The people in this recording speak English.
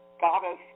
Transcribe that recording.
goddess